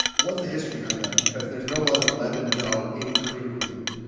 what's the history behind that? because there's no other leavened dough in korean cuisine.